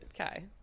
okay